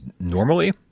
normally